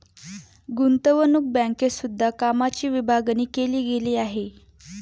गुतंवणूक बँकेत सुद्धा कामाची विभागणी केली गेली आहे